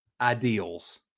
ideals